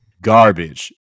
garbage